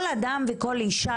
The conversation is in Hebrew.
כל אדם וכל אישה,